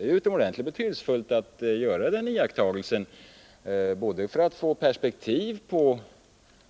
Det är utomordentligt betydelsefullt att göra den iakttagelsen, både för att få perspektiv på